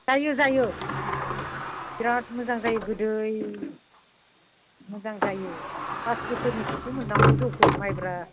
जायो जायो बिराद मोजां जायो गोदै मोजां जायो पास बोसोरनिखौसो मोननांगौ जौखौ माइब्रा